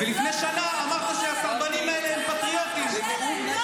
הם פטריוטים כי הם מתנדבים.